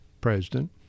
president